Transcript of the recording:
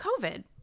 COVID